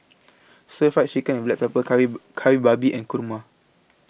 Stir Fried Chicken with Black Pepper Kari Kari Babi and Kurma